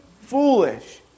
foolish